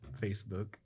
Facebook